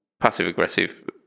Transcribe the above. passive-aggressive